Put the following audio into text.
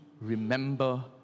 remember